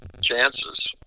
chances